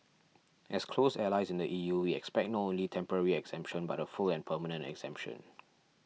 as close allies in the E U we expect not only temporary exemption but a full and permanent exemption